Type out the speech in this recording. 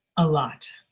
a lot.